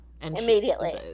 Immediately